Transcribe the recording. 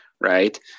right